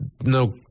no